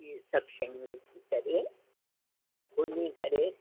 इहे सभु शयूं विझी करे भुञी करे ठाहे